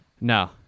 No